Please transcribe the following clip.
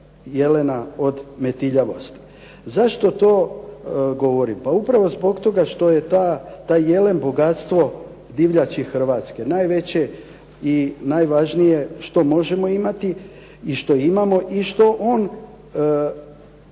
jelena od metiljavosti. Zašto to govorim? Pa upravo zbog toga što je taj jelen bogatstvo divljači Hrvatske. Najveće i najvažnije što možemo imati i što imamo. I što on